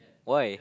why